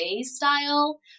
style